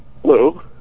Hello